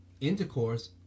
intercourse